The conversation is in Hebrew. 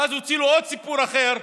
ואז הוציאו לו עוד סיפור אחר,